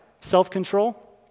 Self-control